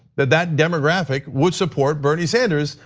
that that demographic would support bernie sanders,